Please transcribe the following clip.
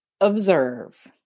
observe